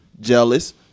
jealous